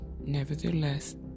nevertheless